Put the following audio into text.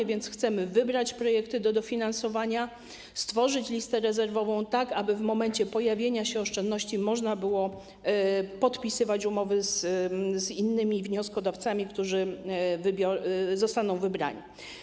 A więc chcemy wybrać projekty do dofinansowania, stworzyć listę rezerwową, tak aby w momencie pojawienia się oszczędności można było podpisywać umowy z innymi wnioskodawcami, którzy zostaną wybrani.